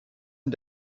and